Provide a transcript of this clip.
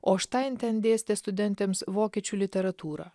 o štain ten dėstė studentėms vokiečių literatūrą